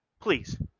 Please